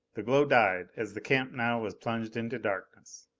the glow died, as the camp now was plunged into darkness.